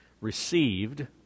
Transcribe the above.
received